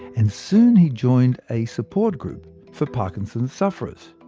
and soon he joined a support group for parkinson's sufferers.